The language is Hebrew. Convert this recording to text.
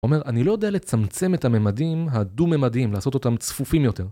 הוא אומר, אני לא יודע לצמצם את הממדים הדו-ממדיים, לעשות אותם צפופים יותר